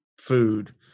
food